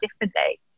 differently